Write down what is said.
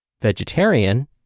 vegetarian